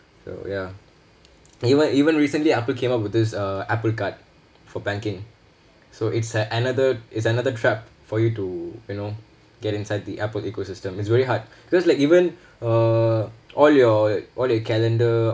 so ya even even recently apple came up with this uh apple card for banking so it's another it's another trap for you to you know get inside the apple ecosystem it's very hard because like even uh all your all your calendar